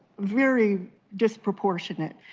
very disproportionate.